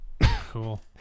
Cool